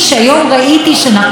לא האמנתי למראה עיניי.